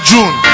June